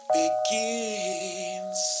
begins